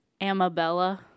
Amabella